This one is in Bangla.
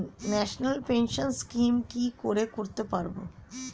ন্যাশনাল পেনশন স্কিম কি করে করতে পারব?